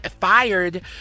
fired